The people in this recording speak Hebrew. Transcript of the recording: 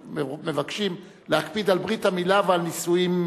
מבקשים להקפיד על ברית המילה ועל נישואים,